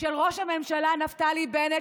של ראש הממשלה נפתלי בנט,